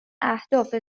اهداف